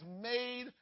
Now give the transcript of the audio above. made